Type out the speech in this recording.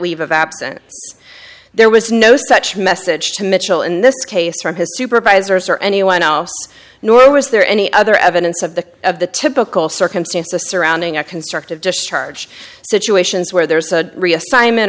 leave of absence there was no such message to mitchell in this case from his supervisors or anyone else nor was there any other evidence of the of the typical circumstances surrounding a constructive just charge situations where there's a reassignment